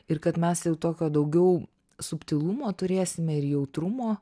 ir kad mes jau tokio daugiau subtilumo turėsime ir jautrumo